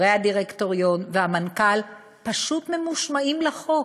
חברי הדירקטוריון והמנכ"ל, פשוט ממושמעים לחוק,